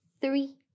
three